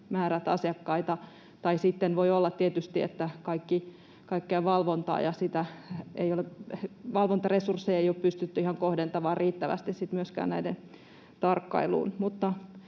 asiakkaita, tai sitten voi olla tietysti, että kaikkea valvontaa ja valvontaresursseja ei ole myöskään pystytty ihan kohdentamaan riittävästi näiden tarkkailuun.